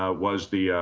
ah was the ah.